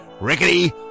rickety